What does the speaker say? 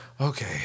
Okay